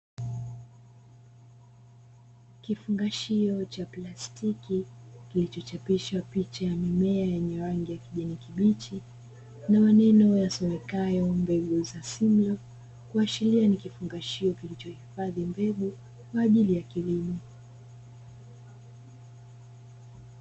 Kifungashio cha plastiki, kilichochapisha picha ya mimea yenye rangi ya kijani kibichi na maneno yasomekayo mbegu za "SIMLAW", kuashiria ni kifungashio kilichohifadhi mbegu kwa ajili ya kilimo.